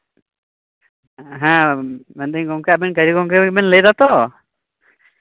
ᱦᱮᱸ ᱢᱮᱱᱫᱟᱹᱧ ᱜᱚᱝᱠᱮ ᱟᱵᱮᱱ ᱠᱟᱹᱨᱤ ᱜᱚᱝᱠᱮ ᱵᱮᱱ ᱞᱟᱹᱭᱮᱫᱟ ᱛᱚ